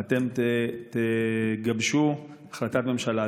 ואתם תגבשו החלטת ממשלה.